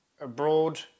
abroad